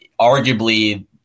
arguably